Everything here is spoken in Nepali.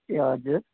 ए हजुर